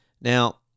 Now